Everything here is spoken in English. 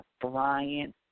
Brian